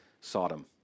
Sodom